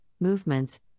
Movements